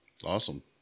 awesome